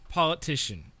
politician